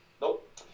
Nope